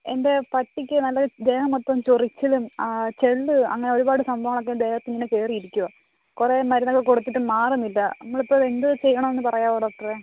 എൻ്റെ പട്ടിക്ക് നല്ല ദേഹം മൊത്തം ചോറിച്ചിലും ചെള്ളും അങ്ങനെ ഒരുപാട് സംഭവങ്ങളൊക്കെ ദേഹത്തിങ്ങനെ കയറി ഇരിക്കുകയാണ് കുറെ മരുന്നൊക്കെ കൊടുത്തിട്ടും മാറുന്നില്ല നമ്മളിപ്പോൾ എന്തോ ചെയ്യണമെന്നു പറയാമോ ഡോക്ടറെ